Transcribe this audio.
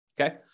Okay